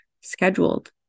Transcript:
scheduled